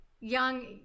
young